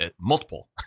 multiple